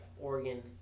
Oregon